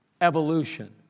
evolution